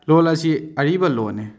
ꯂꯣꯟ ꯑꯁꯤ ꯑꯔꯤꯕ ꯂꯣꯟꯅꯤ